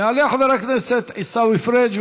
יעלה חבר הכנסת עיסאווי פריג',